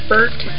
Bert